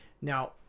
now